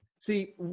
See